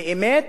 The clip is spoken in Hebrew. באמת